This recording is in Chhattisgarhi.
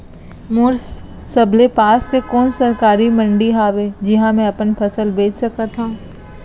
मोर सबले पास के कोन सरकारी मंडी हावे जिहां मैं अपन फसल बेच सकथव?